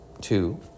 Two